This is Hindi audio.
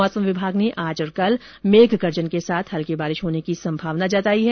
मौसम विभाग ने आज और कल मेघ गर्जन के साथ हल्की बारिश होने की संभावना जताई है